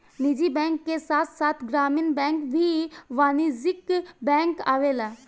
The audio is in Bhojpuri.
निजी बैंक के साथ साथ ग्रामीण बैंक भी वाणिज्यिक बैंक आवेला